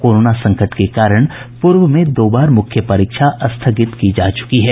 corona संकट के कारण पूर्व में दो बार मुख्य परीक्षा स्थगित की जा चुकी है